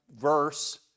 verse